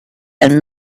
and